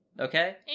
Okay